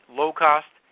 low-cost